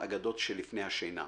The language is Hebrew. "אגדות שלפני השינה".